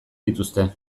dituzte